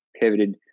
pivoted